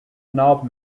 knob